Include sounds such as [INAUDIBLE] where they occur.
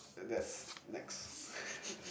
that's next [LAUGHS]